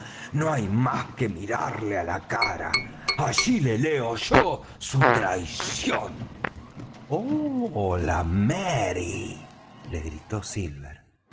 no hay más que mirarle á la cara allí le leo yo su traición hola merry le gritó silver